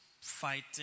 fighting